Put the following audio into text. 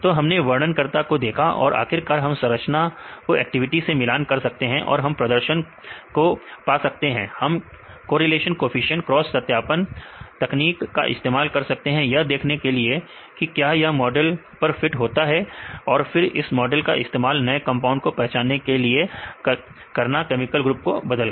तो हमने वर्णन करता को देखा और आखिरकार हम संरचना को एक्टिविटी से मिलान कर सकते हैं और हम प्रदर्शन को माफ सकते हैं हम कोरिलेशन कोफिशिएंट क्रॉस सत्यापन तकनीक का इस्तेमाल कर सकते हैं यह देखने के लिए क्या यह मॉडल पर फिट होता है और फिर इस मॉडल का इस्तेमाल नए कंपाउंड को पहचानने के लिए करना केमिकल ग्रुप को बदलकर